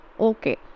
Okay